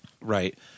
Right